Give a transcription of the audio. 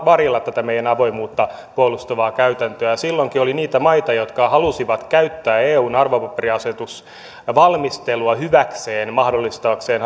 varjella tätä meidän avoimuutta puolustavaa käytäntöämme silloinkin oli niitä maita jotka halusivat käyttää eun arvopaperiasetusvalmistelua hyväkseen mahdollistaakseen